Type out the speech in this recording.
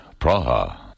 Praha